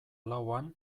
lauan